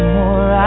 more